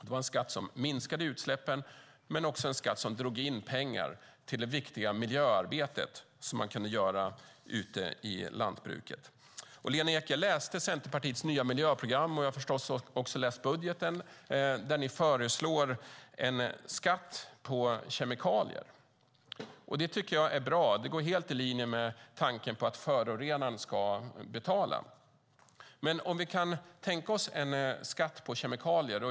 Det var en skatt som minskade utsläppen men också en skatt som drog in pengar till det viktiga miljöarbetet som man kunde göra ute i lantbruket. Jag läste Centerpartiets nya miljöprogram, Lena Ek, och jag har förstås också läst budgeten där ni föreslår en skatt på kemikalier. Det är bra. Det går helt i linje med tanken på att förorenaren ska betala. Vi kan tänka oss en skatt på kemikalier.